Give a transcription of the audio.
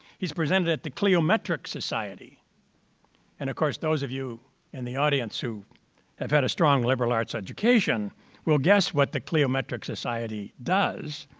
he's presented at the cliometric society and, of course, those of you in the audience who have had a strong liberal arts education will guess what the cliometric society does,